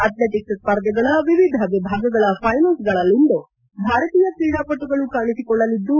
athletics ಸ್ಪರ್ಧೆಗಳ ವಿವಿಧ ವಿಭಾಗಗಳ ಫೈನಲ್ಗಳಲ್ಲಿಂದು ಭಾರತೀಯ ಕ್ರೀಡಾಪಟುಗಳು ಕಾಣಿಸಿಕೊಳ್ಳಲಿದ್ದು